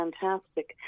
fantastic